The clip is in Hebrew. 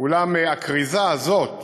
אולם הכריזה הזאת